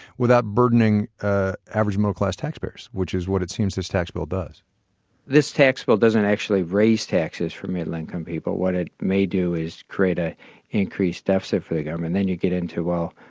without burdening ah average middle-class taxpayers? which is what it seems this tax bill does this tax bill doesn't actually raise taxes for middle-income people. what it may do is create an ah increased deficit for the government. then you get into, well,